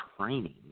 training